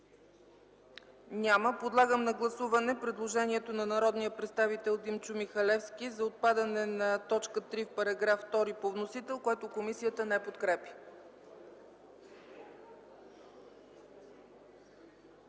Няма. Подлагам на гласуване предложението на народния представител Димчо Михалевски за отпадане на т. 3 в § 2 по вносител, което комисията не подкрепя.